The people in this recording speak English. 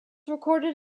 recorded